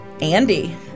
Andy